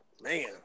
man